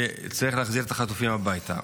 וצריך להחזיר את החטופים הביתה.